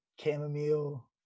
chamomile